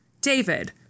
David